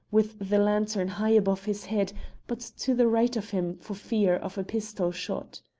with the lantern high above his head but to the right of him for fear of a pistol-shot.